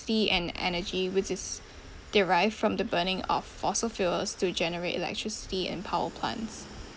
and energy which is derived from the burning of fossil fuels to generate electricity and power plants